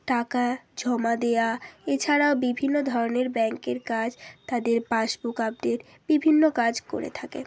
টাকা জমা দেওয়া এছাড়াও বিভিন্ন ধরনের ব্যাংকের কাজ তাদের পাসবুক আপডেট বিভিন্ন কাজ করে থাকে